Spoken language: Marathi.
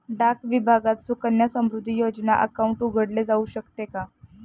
डाक विभागात सुकन्या समृद्धी योजना अकाउंट उघडले जाऊ शकते का?